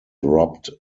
robbed